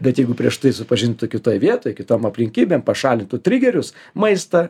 bet jeigu prieš tai supažintų kitoj vietoj kitom aplinkybėm pašalintų trigerius maistą